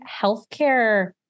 healthcare